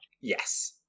Yes